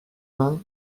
mains